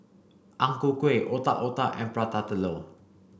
Ang Ku Kueh Otak Otak and Prata Telur